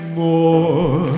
more